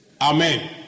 Amen